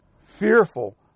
Fearful